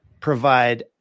provide